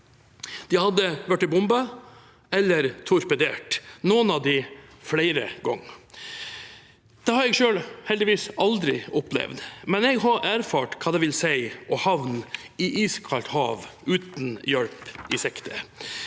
hadde blitt bombet eller torpedert, noen av dem flere ganger. Det har jeg selv heldigvis aldri opplevd, men jeg har erfart hva det vil si å havne i iskaldt hav uten hjelp i sikte.